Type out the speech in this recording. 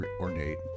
ornate